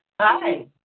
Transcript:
Hi